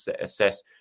assess